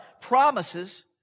promises